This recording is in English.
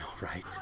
right